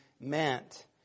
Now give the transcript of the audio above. meant